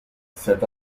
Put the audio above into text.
set